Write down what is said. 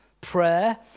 Prayer